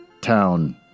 Town